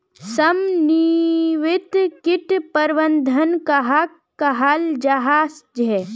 समन्वित किट प्रबंधन कहाक कहाल जाहा झे?